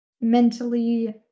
mentally